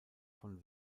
von